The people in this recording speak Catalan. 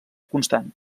constant